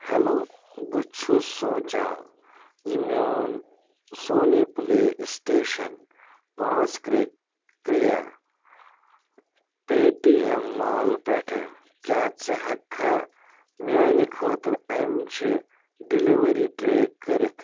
hello بہٕ چھُس سونٛچان زِ میون سونی پٕلے سٹیشن پانژھ کرٛے کرٛییہ پے ٹی ایم مالہٕ پیٹھٕ کیٛاہ ژٕ ہٮ۪ککھا میٛانہِ خٲطرٕ اَمہِ چہِ ڈِلؤری ٹرٛیک کٔرِتھ